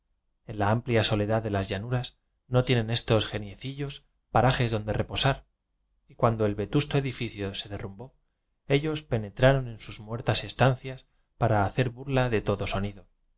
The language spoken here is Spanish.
en la amplia soledad de las llanuras no tienen es tos geniecillos parajes donde reposar y cuando el vetusto edificio se derrumbó ellos penetraron en sus muertas estancias para hacer burla de todo